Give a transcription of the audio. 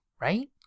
right